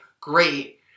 great